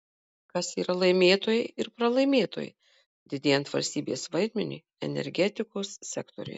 kas yra laimėtojai ir pralaimėtojai didėjant valstybės vaidmeniui energetikos sektoriuje